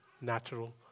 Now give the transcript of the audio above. natural